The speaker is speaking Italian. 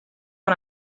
una